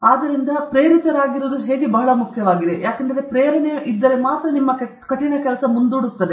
ಆದ್ದರಿಂದ ಪ್ರೇರಿತರಾಗಿರುವುದು ಹೇಗೆ ಬಹಳ ಮುಖ್ಯವಾಗಿದೆ ಪ್ರೇರಣೆ ಹಾರ್ಡ್ ಕೆಲಸವನ್ನು ಮುಂದೂಡುತ್ತದೆ